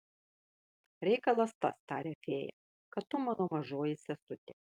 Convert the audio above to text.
reikalas tas taria fėja kad tu mano mažoji sesutė